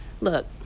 Look